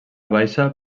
baixa